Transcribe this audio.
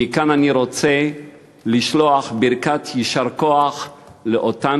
מכאן אני רוצה לשלוח ברכת יישר כוח לאותן